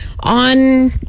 On